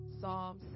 Psalm